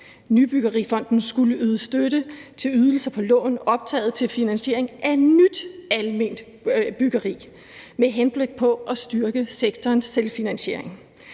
Nybyggerifonden skulle yde støtte til ydelser på lån optaget til finansiering af nyt alment byggeri med henblik på at styrke sektorens selvfinansiering.